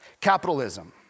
Capitalism